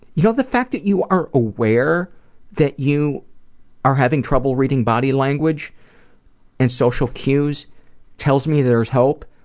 you know, the fact that you are aware that you are having trouble reading body language and social cues tells me there's hope?